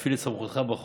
להפעיל את סמכותך בחוק